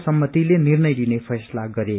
सम्मतिले निर्णय लिने फैसला गरे